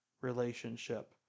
relationship